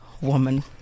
woman